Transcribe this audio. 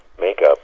makeup